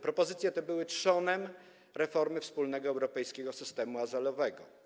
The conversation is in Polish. Propozycje te były trzonem reformy wspólnego europejskiego systemu azylowego.